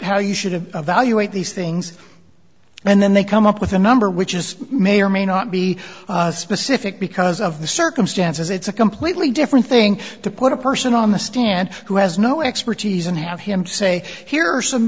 how you should have a value at these things and then they come up with a number which is may or may not be specific because of the circumstances it's a completely different thing to put a person on the stand who has no expertise and have him say here are some